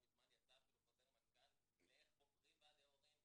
לא מזמן יצא חוזר מנכ"ל איך בוחרים ועדי הורים.